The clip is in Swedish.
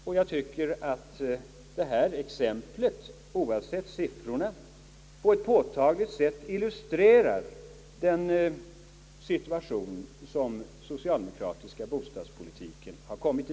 Och jag tycker att det här exemplet, oavsett siffrorna, på ett påtagligt sätt illustrerar den situation som socialdemokraternas bostadspolitik har kommit i.